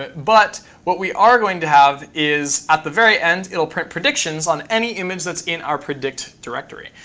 but what we are going to have is at the very end, it'll print predictions on any image that's in our predict directory.